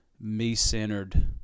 me-centered